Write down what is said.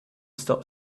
stop